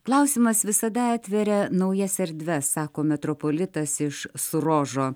klausimas visada atveria naujas erdves sako metropolitas iš surožo